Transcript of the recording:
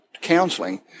counseling